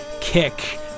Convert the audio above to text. kick